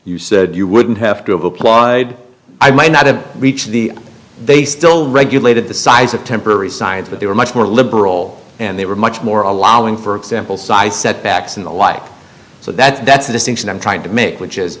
you said you wouldn't have to have applied i may not have reached the they still regulated the size of temporary science but they were much more liberal and they were much more allowing for example size set backs and the like so that that's the distinction i'm trying to make which is